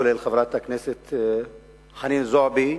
כולל חברת הכנסת חנין זועבי,